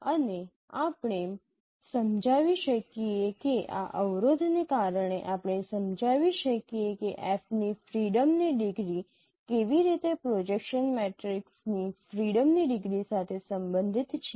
અને આપણે સમજાવી શકીએ કે આ અવરોધને કારણે આપણે સમજાવી શકીએ કે F ની ફ્રીડમ ની ડિગ્રી કેવી રીતે પ્રોજેક્શન મેટ્રિસની ફ્રીડમ ની ડિગ્રી સાથે સંબંધિત છે